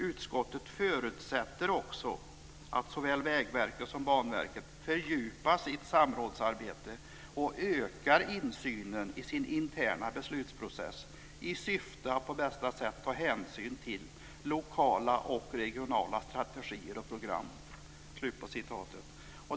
Utskottet förutsätter också att såväl Vägverket som Banverket fördjupar sitt samrådsarbete och ökar insynen i sin interna beslutsprocess i syfte att på bästa sätt ta hänsyn till lokala och regionala strategier och program."